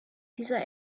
dieser